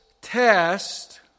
test